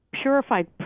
purified